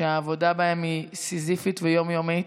והעבודה בהם היא סיזיפית ויום-יומית,